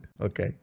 okay